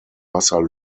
wasser